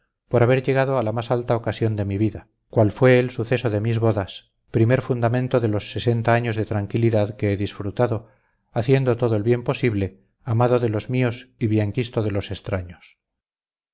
por haber llegado a la más alta ocasión de mi vida cual fue el suceso de mis bodas primer fundamento de los sesenta años de tranquilidad que he disfrutado haciendo todo el bien posible amado de los míos y bienquisto de los extraños